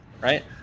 Right